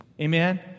Amen